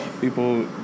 people